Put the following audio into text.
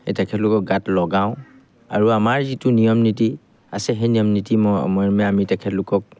এই তেখেতলোকক গাত লগাওঁ আৰু আমাৰ যিটো নিয়ম নীতি আছে সেই নিয়ম নীতি মৰ্মে আমি তেখেতলোকক